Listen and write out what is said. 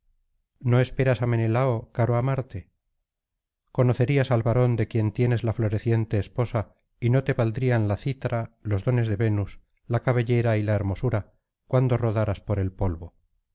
no esperas á menelao caro á marte conocerías al varón de quien tienes la floreciente esposa y no te valdrían la cítara los dones de venus la cabellera y la hermosura cuando rodaras por el polvo